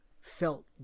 felt